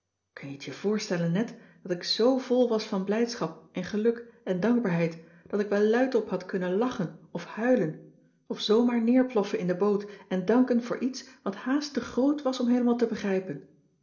t je voorstellen net dat ik zo vol was van blijdschap en geluk en dankbaarheid dat ik wel luidop had kunnen lachen of huilen of zoomaar neerploffen in de boot en danken voor iets wat haast te groot was om heelemaal te begrijpen